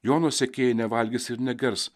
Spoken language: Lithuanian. jono sekėjai nevalgys ir negers